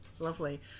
Lovely